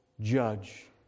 judge